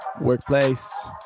workplace